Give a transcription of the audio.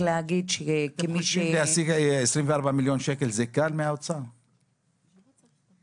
להשיג 24 מיליון שקל מהאוצר זה קל?